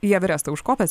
į everestą užkopęs